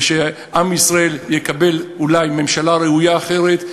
ועם ישראל יקבל אולי ממשלה ראויה אחרת,